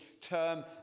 term